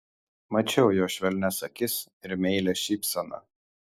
mačiau jo švelnias akis ir meilią šypseną